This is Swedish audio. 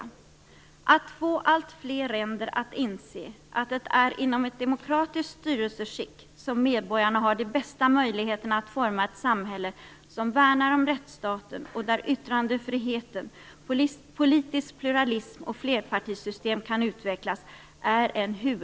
En huvuduppgift är att få alltfler länder att inse att det är inom ett demokratiskt styrelseskick som medborgarna har de bästa möjligheterna att forma ett samhälle som värnar om rättsstaten och där yttrandefriheten, politisk pluralism och flerpartisystem kan utvecklas.